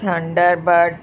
thunderbird